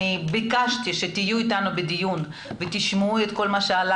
ביקשתי שתהיו אתנו בדיון ותשמעו את כל מה שעלה